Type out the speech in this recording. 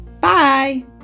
bye